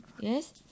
Yes